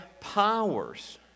powers